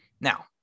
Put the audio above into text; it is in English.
Now